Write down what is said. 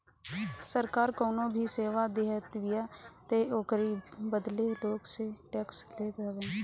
सरकार कवनो भी सेवा देतबिया तअ ओकरी बदले लोग से टेक्स लेत हवे